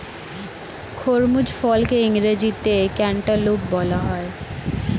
খরমুজ ফলকে ইংরেজিতে ক্যান্টালুপ বলা হয়